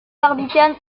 barbicane